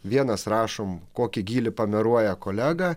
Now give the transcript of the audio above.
vienas rašom kokį gylį pameruoja kolega